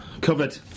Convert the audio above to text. Covered